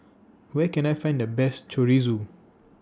Where Can I Find The Best Chorizo